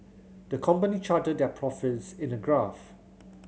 the company charted their profits in a graph